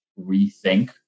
rethink